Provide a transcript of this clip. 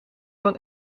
van